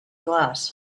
glass